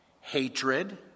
hatred